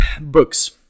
books